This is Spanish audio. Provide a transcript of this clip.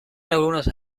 algunos